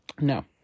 No